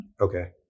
Okay